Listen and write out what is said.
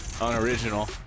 unoriginal